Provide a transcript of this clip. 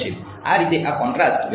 આ રીતે આ કોન્ટ્રાસ્ટ વેક્ટર હશે